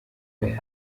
nobel